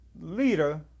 leader